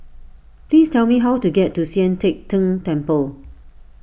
please tell me how to get to Sian Teck Tng Temple